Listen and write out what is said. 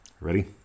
Ready